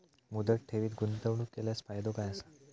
मुदत ठेवीत गुंतवणूक केल्यास फायदो काय आसा?